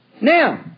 Now